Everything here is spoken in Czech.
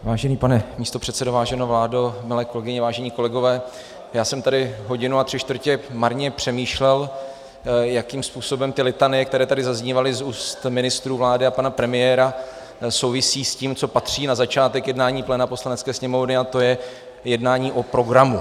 Vážený pane místopředsedo, vážená vládo, milé kolegyně, vážení kolegové, já jsem tady hodinu a tři čtvrtě marně přemýšlel, jakým způsobem ty litanie, které tady zaznívaly z úst ministrů vlády a pana premiéra, souvisí s tím, co patří na začátek jednání pléna Poslanecké sněmovny, a to je jednání o programu.